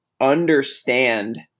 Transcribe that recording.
understand